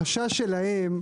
החשש שלהם,